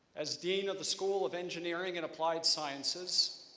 as dean of the school of engineering and applied sciences,